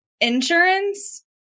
insurance